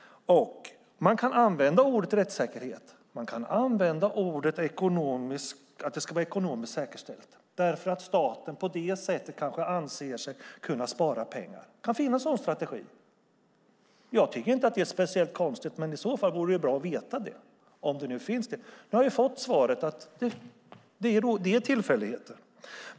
Man kan använda orden "rättssäkerhet" och "ekonomiskt säkerställt". Staten kanske anser sig kunna spara pengar på det sättet. Det kan finnas en sådan strategi. Jag tycker inte att det är speciellt konstigt, men i så fall vore det bra att få veta det. Nu har vi fått svaret att det är tillfälligheter.